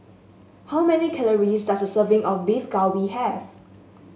how many calories does a serving of Beef Galbi have